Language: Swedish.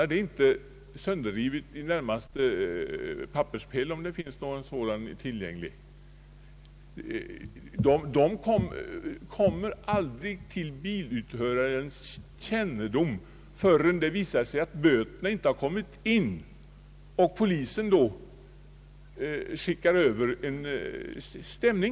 Är det inte mera sannolikt att sådana inbetalningskort i stället hamnar sönderrivna i närmaste papperskorg? Dessa felparkeringar kommer inte till biluthyrarens kännedom förrän det visat sig att bötesbeloppen inte inbetalats och polisen översänder en stämning.